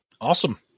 Awesome